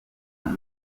none